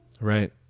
Right